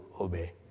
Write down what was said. obey